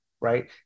right